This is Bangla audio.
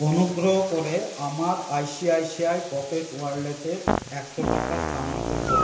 অনুগ্রহ করে আমার I C I C I pocket ওয়ালেটে একশো টাকা স্থানান্তর করুন